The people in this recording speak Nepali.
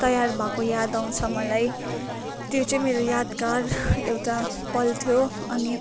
तयार भएको याद आउँछ मलाई त्यो चाहिँ मेरो यादगार एउटा पल थियो अनि